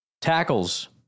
tackles